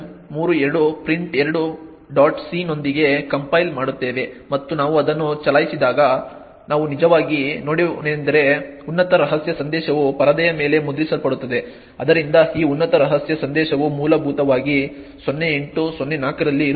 c ನೊಂದಿಗೆ compile ಮಾಡುತ್ತೇವೆ ಮತ್ತು ನಾವು ಅದನ್ನು ಚಲಾಯಿಸಿದಾಗ ನಾವು ನಿಜವಾಗಿ ನೋಡುವುದೇನೆಂದರೆ ಉನ್ನತ ರಹಸ್ಯ ಸಂದೇಶವು ಪರದೆಯ ಮೇಲೆ ಮುದ್ರಿಸಲ್ಪಡುತ್ತದೆ ಆದ್ದರಿಂದ ಈ ಉನ್ನತ ರಹಸ್ಯ ಸಂದೇಶವು ಮೂಲಭೂತವಾಗಿ 08 04 ರಲ್ಲಿ ಇರುತ್ತದೆ